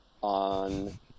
on